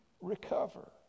recover